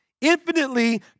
infinitely